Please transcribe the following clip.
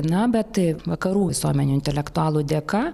na bet vakarų visuomenių intelektualų dėka